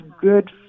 good